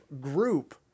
group